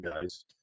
guys